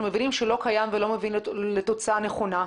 מבינים שהוא לא קיים ולא מביא לתוצאה הנכונה.